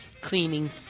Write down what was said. cleaning